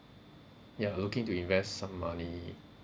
ya looking to invest some money